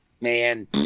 man